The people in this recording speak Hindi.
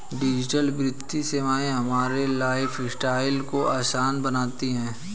डिजिटल वित्तीय सेवाएं हमारे लाइफस्टाइल को आसान बनाती हैं